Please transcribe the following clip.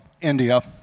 India